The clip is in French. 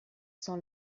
sans